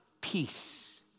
Peace